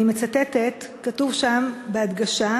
אני מצטטת, כתוב שם בהדגשה: